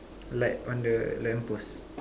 like on the lamp post